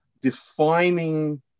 defining